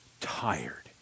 tired